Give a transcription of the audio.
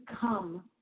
come